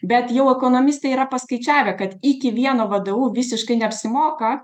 bet jau ekonomistai yra paskaičiavę kad iki vieno vdu visiškai neapsimoka